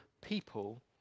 people